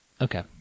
Okay